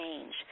change